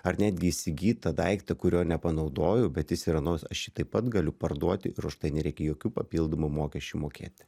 ar netgi įsigytą daiktą kurio nepanaudojau bet jis yra naujas aš jį taip pat galiu parduoti ir už tai nereikia jokių papildomų mokesčių mokėti